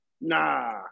Nah